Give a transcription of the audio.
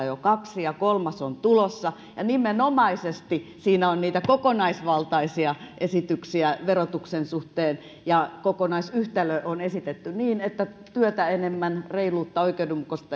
jo kaksi ja kolmas on tulossa nimenomaisesti siinä on niitä kokonaisvaltaisia esityksiä verotuksen suhteen ja kokonaisyhtälö on esitetty niin että työtä enemmän reiluutta oikeudenmukaisuutta